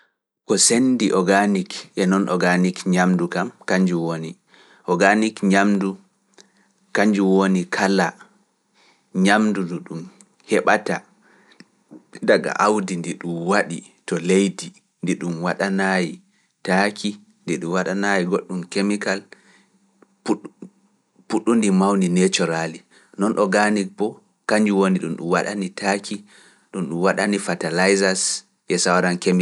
Ko sendi organik e noon organik ñamdu kam, kanjum woni kala ñamdu ndu ɗum heɓata daga awdi ndi ɗum waɗi to leydi ndi ɗum waɗanaayi taaki, ndi ɗum waɗanaayi goɗɗum kemikal puɗɗundi mawni necoraali, noon ɗo gaani bo kañum woni ɗum waɗani taaki, ɗum waɗani Fatalisas, e sawran kemiikalji.